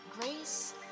grace